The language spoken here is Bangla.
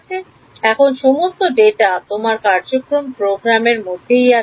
সুতরাং এখন সমস্ত তথ্য তোমার কার্যক্রম এর মধ্যেই আছে